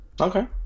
Okay